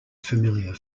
familiar